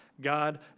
God